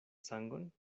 sangon